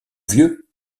vieux